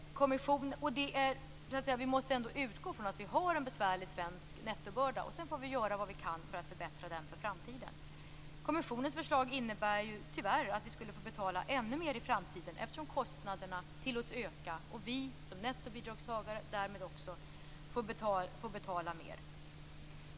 Vi måste utgå från att vi har en besvärlig svensk nettobörda, och sedan får vi göra vad vi kan för att förbättra den inför framtiden. Kommissionens förslag innebär tyvärr att vi skulle få betala ännu mer i framtiden, eftersom kostnaderna tillåts öka och vi som nettobidragsgivare därmed också får betala mer.